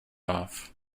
off